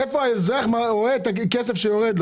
איפה האזרח רואה את העלייה במחיר.